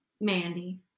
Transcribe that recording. Mandy